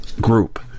group